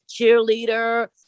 cheerleader